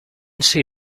see